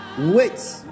Wait